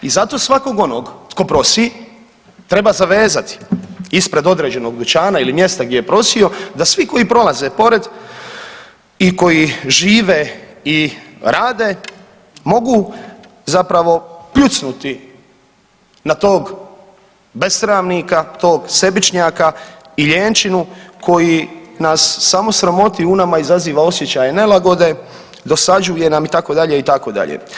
I zato svakog onog tko prosi treba zavezati ispred određenog dućana ili mjesta gdje je prosio, da svi koji prolaze pored i koji žive i rade mogu zapravo pljucnuti na tog besramnika, tog sebičnjaka i lijenčinu koji nas samo sramoti, u nama izaziva osjećaje nelagode, dosađuje nam itd. itd.